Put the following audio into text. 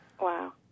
Wow